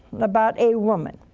about a woman